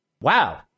Wow